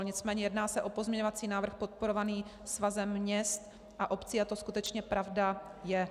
Nicméně jedná se o pozměňovací návrh podporovaný Svazem měst a obcí a to skutečně pravda je.